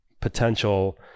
potential